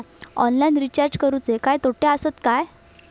Online recharge करुचे काय तोटे आसत काय?